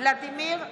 ולדימיר בליאק,